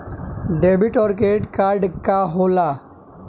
Debit और credit card का होला?